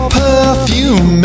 perfume